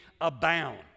abound